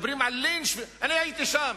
מדברים על לינץ'; אני הייתי שם,